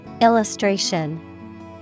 Illustration